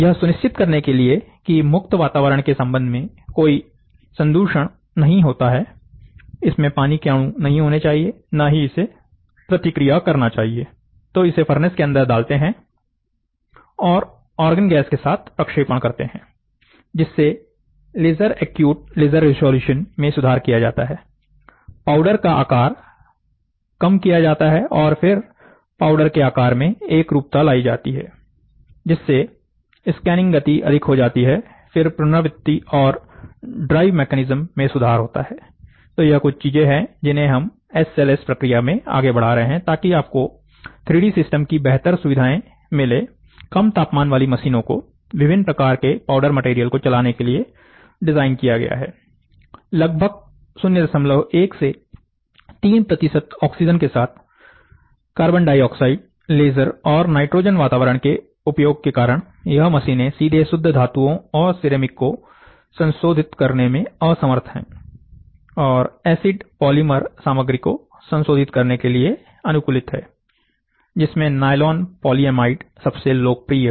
यह सुनिश्चित करने के लिए की मुक्त वातावरण के संबंध में कोई संदूषण नहीं होता है इसमें पानी के अणु नहीं होने चाहिए ना ही इसे प्रतिक्रिया करना चाहिए तो इसे फर्नेस के अंदर डालते हैं और आर्गन गैस के साथ प्रक्षेपण करते हैं जिससे लेजर एक्यूट लेजर रेजोल्यूशन मैं सुधार किया जाता है पाउडर का आकार कम किया जाता है फिर पाउडर के आकार में एकरूपता लाई जाती है जिससे स्कैनिंग गति अधिक हो जाती है फिर पुनरावृति और ड्राइव मैकेनिज्म में सुधार होता है तो यह कुछ चीजें हैं जिन्हें हम एसएलएस प्रक्रिया में आगे बढ़ा रहे हैं ताकि आपको 3 ड़ी सिस्टम की बेहतर सुविधाएं मिले कम तापमान वाली मशीनों को विभिन्न प्रकार के पाउडर मटेरियल को चलाने के लिए डिजाइन किया गया है लगभग 01 से 3 प्रतिशत ऑक्सीजन के साथ CO2 लेजर और नाइट्रोजन वातावरण के उपयोग के कारण यह मशीनें सीधे शुद्ध धातुओं और सिरेमिक को संशोधित करने में असमर्थ है और एसिड पॉलीमर सामग्री को संशोधित करने के लिए अनुकूलित है जिसमें नायलॉन पॉलीएमाइड सबसे लोकप्रिय है